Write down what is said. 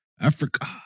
Africa